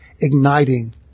igniting